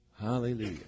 Hallelujah